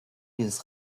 dieses